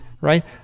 right